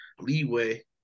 leeway